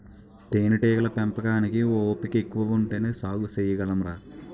తేనేటీగల పెంపకానికి ఓపికెక్కువ ఉంటేనే సాగు సెయ్యగలంరా